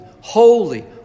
holy